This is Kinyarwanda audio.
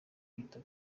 kwita